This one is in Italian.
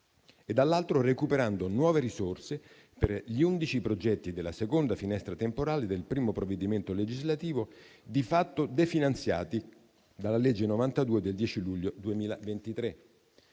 e dall'altro recuperando nuove risorse per gli undici progetti della seconda finestra temporale del primo provvedimento legislativo, di fatto definanziati dalla legge n. 92 del 10 luglio 2023.